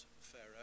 Pharaoh